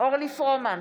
אורלי פרומן,